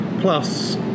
Plus